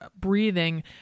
breathing